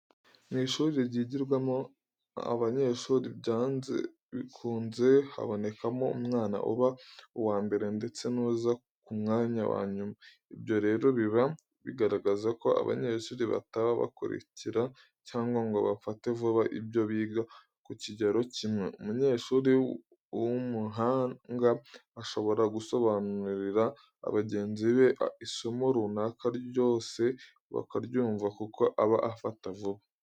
Mu ishuri ryigamo abanyeshuri byanze bikunze habonekamo umwana uba uwa mbere ndetse nuza ku mwanya wa nyuma. Ibyo rero biba bigaragaza ko abanyeshuri bataba bakurikira cyangwa ngo bafate vuba ibyo biga ku kigero cyimwe. Umunyeshuri w'umuhana ashobora gusobanurira bagenzi be isomo runaka rwose bakaryumva kuko aba afata vuba.